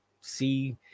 see